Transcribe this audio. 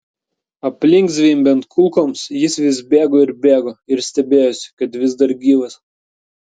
aplink zvimbiant kulkoms jis vis bėgo ir bėgo ir stebėjosi kad vis dar gyvas